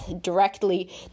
directly